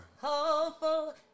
Hopeful